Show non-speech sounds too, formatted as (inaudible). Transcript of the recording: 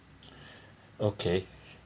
(breath) okay